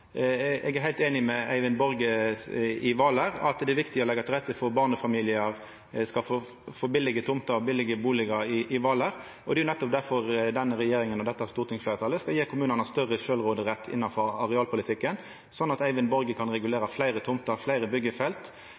Eg er heilt einig med Eyvind Borge i Hvaler i at det er viktig å leggja til rette for at barnefamiliar skal få billige tomter og billige bustader i Hvaler. Det er nettopp derfor denne regjeringa og dette stortingsfleirtalet skal gje kommunane større sjølvråderett innanfor arealpolitikken, slik at Eyvind Borge kan regulera fleire tomter og fleire